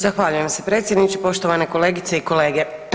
Zahvaljujem se predsjedniče, poštovane kolegice i kolege.